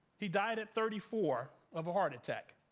he died at thirty four of a heart attack.